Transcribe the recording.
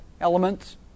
elements